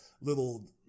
little